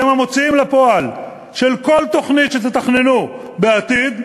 שהם המוציאים לפועל של כל תוכנית שתתכננו בעתיד,